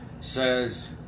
says